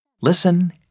Listen